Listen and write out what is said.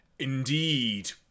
Indeed